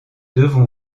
devons